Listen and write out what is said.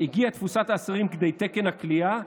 "הגיעה תפוסת האסירים כדי תקן הכליאה,